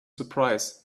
surprise